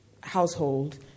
household